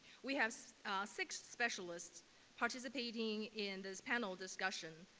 we have six specialists participating in this panel discussion.